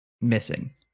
missing